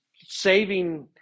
saving